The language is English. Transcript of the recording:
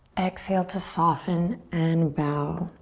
exhale to soften and bow.